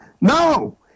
No